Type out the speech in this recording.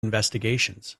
investigations